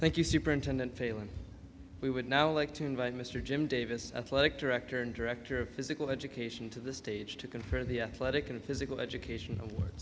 thank you superintendent failon we would now like to invite mr jim davis athletic director and director of physical education to the stage to confirm the athletic and physical education of w